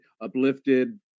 uplifted